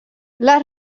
les